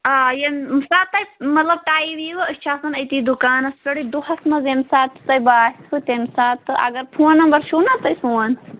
آ ییٚمہِ ساتہٕ تۄہہِ مطلب ٹایِم یِیِوٕ أسۍ چھِ آسان أتی دُکانَس پٮ۪ٹھٕے دۄہَس منٛز ییٚمہِ ساتہٕ تۄہہِ باسوٕ تمہِ ساتہٕ تہٕ اگر فون نمبر چھُو نا تۄہہِ سون